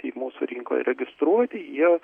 taip mūsų rinkoje registruoti jie